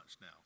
now